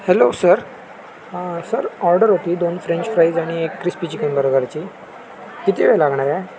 hello sir sir order होती दोन french fries आणि एक क्रिस्पी चिकन बर्गरची किती वेळ लागणार आहे